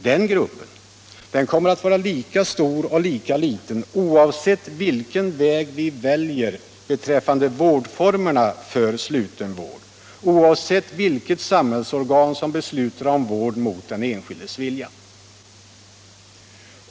Den gruppen kommer att vara lika stor och lika liten oavsett vilken väg vi väljer beträffande formerna för sluten vård, oavsett vilket samhällsorgan som beslutar om vård mot den enskildes vilja.